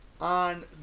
on